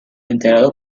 integrado